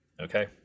okay